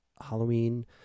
Halloween